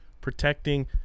protecting